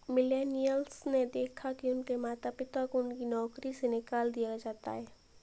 millennials ने देखा है कि उनके माता पिता को उनकी नौकरी से निकाल दिया जाता है